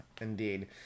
Indeed